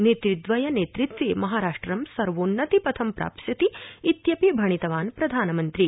नेतृद्वय नेतृत्वे महाराष्ट्र सर्वोन्नतिपथं प्राप्स्यति इत्यपि भणितवान् प्रधानमन्त्री